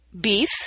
beef